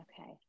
Okay